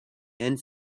and